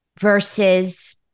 Versus